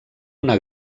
una